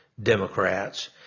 Democrats